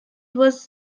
was